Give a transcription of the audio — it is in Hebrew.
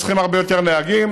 צריכים הרבה יותר נהגים,